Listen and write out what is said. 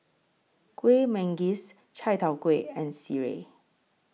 Kuih Manggis Chai Tow Kway and Sireh